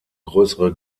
größere